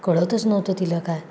कळतच नव्हतं तिला काय